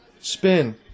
Spin